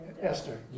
Esther